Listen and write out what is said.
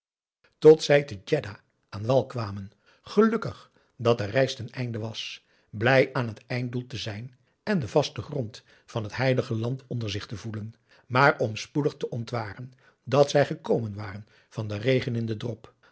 tot zij te djedda aan wal kwamen gelukkig dat de reis ten einde was blij aan het einddoel te zijn en den vasten grond van het heilige land onder zich te voelen maar om spoedig te ontwaren dat zij gekomen waren van den regen in den drop